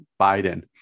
Biden